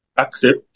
Accept